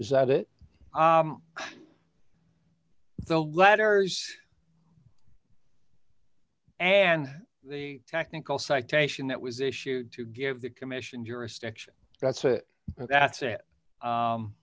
is that it the letter and the technical citation that was issued to give the commission jurisdiction that's it that's